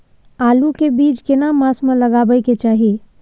आलू के बीज केना मास में लगाबै के चाही?